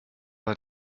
war